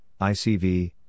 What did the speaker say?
ICV